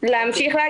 היו עוד